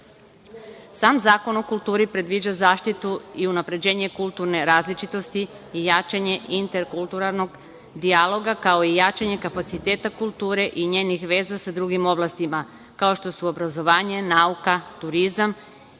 Sam zakon o kulturi predviđa zaštitu i unapređenje kulturne različitosti i jačanje interkulturalnog dijaloga, kao i jačanje kapaciteta kulture i njenih veza sa drugim oblastima, kao što su obrazovanje, nauka, turizam